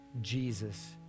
Jesus